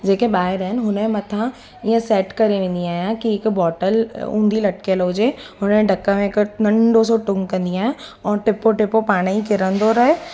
जेके ॿाहिरि आहिनि उन जे मथां इएं सेट करे वेंदी आहियां की हिकु बॉटल ऊंधी लटिकियल हुजे हुन ढकण हेठो नंढो सो टुंग कंदी आहियां ऐं टेपो टेपो पाणी किरंदो रहे